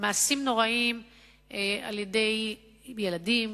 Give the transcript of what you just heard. למעשים נוראיים של ילדים,